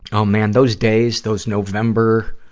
aw man, those days, those november,